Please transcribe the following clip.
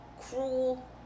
cruel